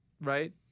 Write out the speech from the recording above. right